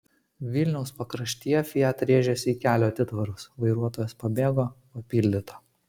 vilniaus pakraštyje fiat rėžėsi į kelio atitvarus vairuotojas pabėgo papildyta